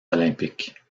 olympiques